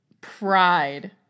Pride